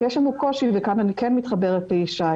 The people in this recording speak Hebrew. יש לנו קושי וכאן אני כן מתחברת לישי